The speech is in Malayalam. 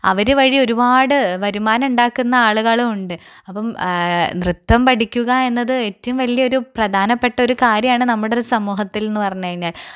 അവര് വഴി ഒരുപാട് വരുമാനം ഉണ്ടാക്കുന്ന ആളുകളും ഉണ്ട് അപ്പം നൃത്തം പഠിക്കുക എന്നത് ഏറ്റവും വലിയൊരു പ്രധാപ്പെട്ടൊരു കാര്യമാണ് നമ്മുടെ ഒരു സമൂഹത്തിൽ എന്ന് പറഞ്ഞുകഴിഞ്ഞാൽ അപ്പം